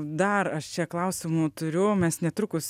dar aš čia klausimų turiu mes netrukus